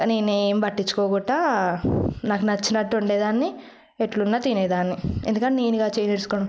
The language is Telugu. కానీ నేను ఎం పట్టిచ్చుకోకుండా నాకు నచ్చినట్టు వండేదాన్ని ఎట్లున్నా తినేదాన్ని ఎందుకంటే నేనేగా చేసేసుకు